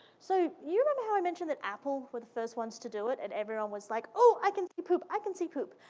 so you remember how i mentioned that apple were the first ones to do it? and everyone was like, ooh, i can see poop, i can see poop?